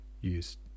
used